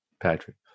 Patrick